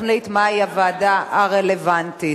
שתחליט מהי הוועדה הרלוונטית.